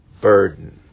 burden